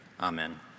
amen